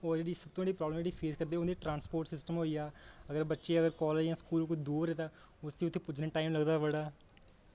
और जेहड़ी problem face करदे उ'नें गी ट्रांसपोर्ट सिस्टम होई गेआ अगर बच्चे जे कॉलेज जां स्कूल कोई दूर ऐ तां उसी उत्थै पुज्जने गी टाइम लगदा बड़ा